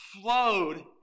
flowed